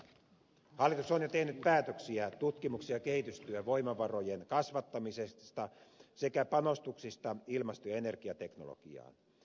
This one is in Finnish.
hallitus on jo tehnyt päätöksiä tutkimuksen ja kehitystyön voimavarojen kasvattamisesta sekä panostuksista ilmasto ja energiateknologiaan